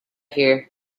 here